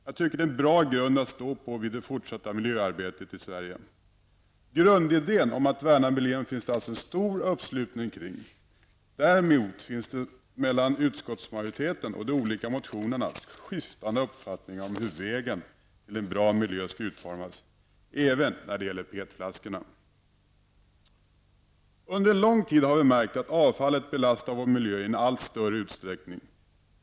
Jag tycker att det är en bra grund att stå på vid det fortsatta miljöarbetet i Sverige. Grundidén om att värna om miljön finns det alltså stor uppslutning kring. Däremot finns det mellan utskottsmajoriteten och de olika motionerna skiftande uppfattningar om hur vägen till en bra miljö skall utformas även när det gäller PET Under en lång tid har vi märkt att avfallet belastar vår miljö i allt större utsträckning.